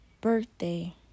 birthday